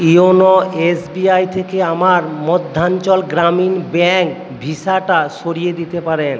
YONO S B I থেকে আমার Madhyanchal Gramin bank ভিসাটা সরিয়ে দিতে পারেন